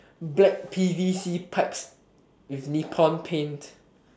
black p_v_c pipes with nippon paint